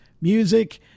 music